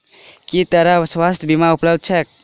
केँ तरहक स्वास्थ्य बीमा उपलब्ध छैक?